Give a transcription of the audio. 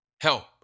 help